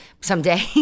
someday